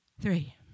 Three